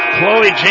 Chloe